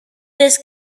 this